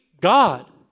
God